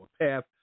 path